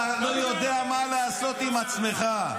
הרי אתה לא יודע מה לעשות עם עצמך.